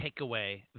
takeaway